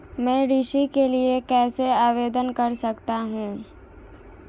मैं ऋण के लिए कैसे आवेदन कर सकता हूं?